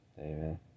Amen